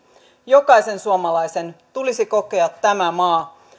jokaisen suomalaisen tulisi kokea tämä maa